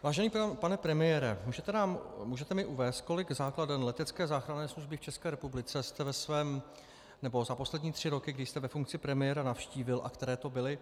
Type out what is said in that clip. Vážený pane premiére, můžete mi uvést, kolik základen letecké záchranné služby v České republice jste za poslední tři roky, kdy jste ve funkci premiéra, navštívil, a které to byly?